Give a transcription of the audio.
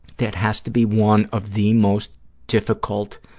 that has to be one of the most difficult